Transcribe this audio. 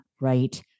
right